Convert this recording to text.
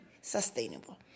sustainable